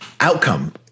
outcome